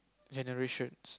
generations